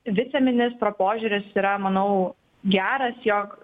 viceministro požiūris yra manau geras jog